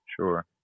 sure